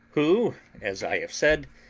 who, as i have said,